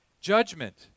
judgment